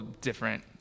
different